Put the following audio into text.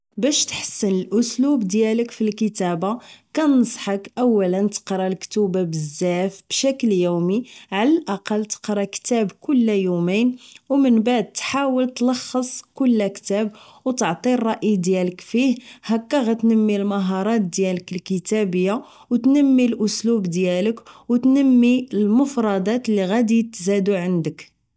باش تحسن الاسلوب ديالك فالكتابة كنصحك اولا تقرا الكتوبة بزاف بشكل يومي عل الاقل تقرا كتاب كلا يومين و من بعد تحاول تلخص كل كتاب وتعطي الرأي ديالك فيه هكا غتنمي المهارات ديالك الكتابية و تنمي الاسلوب ديالك و تنمي المفرادات اللي غيتزادو عندك